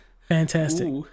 fantastic